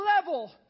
level